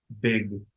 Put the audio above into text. big